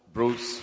Bruce